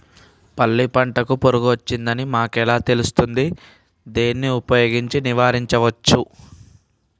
పల్లి పంటకు పురుగు వచ్చిందని మనకు ఎలా తెలుస్తది దాన్ని ఉపయోగించి నివారించవచ్చా?